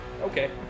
Okay